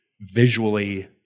visually